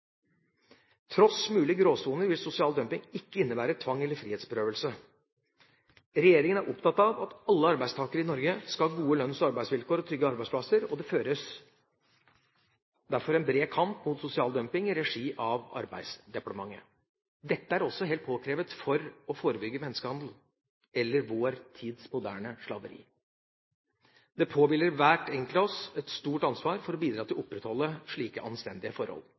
tross for mulige gråsoner vil sosial dumping ikke innebære tvang eller frihetsberøvelse. Regjeringa er opptatt av at alle arbeidstakere i Norge skal ha gode lønns- og arbeidsvilkår og trygge arbeidsplasser, og det føres derfor en bred kamp mot sosial dumping i regi av Arbeidsdepartementet. Dette er også helt påkrevet for å forebygge menneskehandel – eller vår tids moderne slaveri. Det påhviler hver enkelt av oss et stort ansvar for å bidra til å opprettholde slike anstendige forhold.